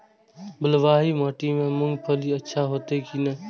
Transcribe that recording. बलवाही माटी में मूंगफली अच्छा होते की ने?